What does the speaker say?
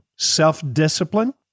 Self-discipline